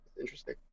interesting